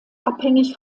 abhängig